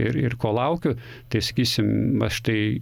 ir ir ko laukiu tai sakysim aš tai